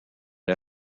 les